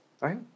right